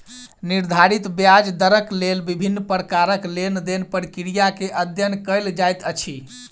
निर्धारित ब्याज दरक लेल विभिन्न प्रकारक लेन देन प्रक्रिया के अध्ययन कएल जाइत अछि